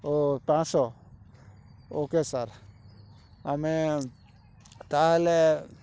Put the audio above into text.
ଓ ପାଞ୍ଚଶହ okay sir ଆମେ ତା'ହେଲେ